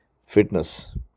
fitness